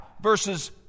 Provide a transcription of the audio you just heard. verses